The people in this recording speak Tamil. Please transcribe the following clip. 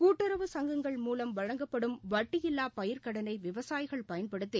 கூட்டுறவு சங்கங்கள் மூலம் வழங்கப்படும் வட்டியில்லா பயிர்க் கடனை விவசாயிகள் பயன்படுத்தி